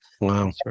Wow